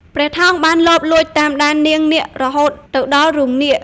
ព្រះថោងបានលបលួចតាមដាននាងនាគរហូតទៅដល់រូងនាគ។